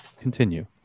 continue